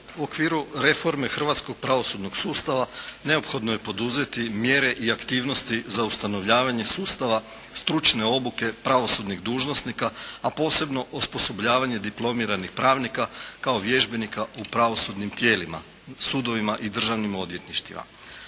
U okviru reforme hrvatskog pravosudnog sustava neophodno je poduzeti mjere i aktivnosti za ustanovljavanje sustava, stručne obuke pravosudnih dužnosnika, a posebno osposobljavanje diplomiranih pravnika, kao vježbenika u pravosudnim tijelima, sudovima i državnim odvjetništvima.